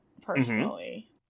personally